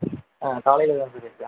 ஆ காலையில் ஆரமிக்கிது எக்ஸாம்